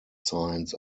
signs